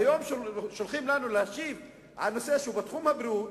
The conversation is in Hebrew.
והיום שולחים לנו להשיב על נושא שהוא בתחום הבריאות,